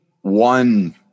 one